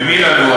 ומי לנו,